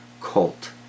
colt